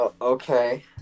okay